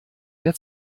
wer